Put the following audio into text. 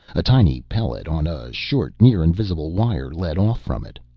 a tiny pellet on a short near-invisible wire led off from it.